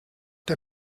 der